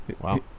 Wow